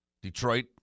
Detroit